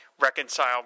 Reconcile